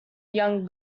young